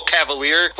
Cavalier